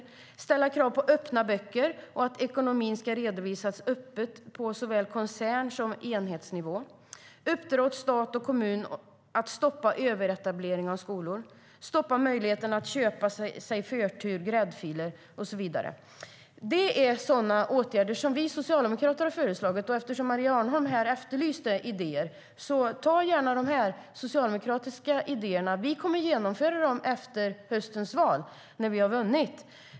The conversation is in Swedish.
Vi ska ställa krav på öppna böcker och på att ekonomin ska redovisas öppet på såväl koncern som enhetsnivå och uppdra åt stat och kommun att stoppa överetablering av skolor och möjligheten att köpa sig förtur, gräddfiler och så vidare. Det är sådana åtgärder vi socialdemokrater har föreslagit. Maria Arnholm efterlyste idéer. Ta gärna dessa socialdemokratiska idéer. Vi kommer att genomföra dem efter höstens val när vi har vunnit.